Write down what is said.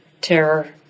terror